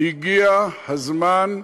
הגיע הזמן.